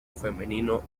femenino